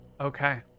Okay